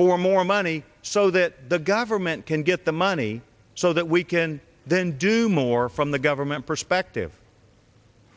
for more money so that the government can get the money so that we can then do more from the government perspective